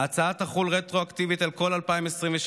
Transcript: ההצעה תחול רטרואקטיבית על כל 2023,